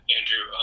Andrew